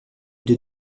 deux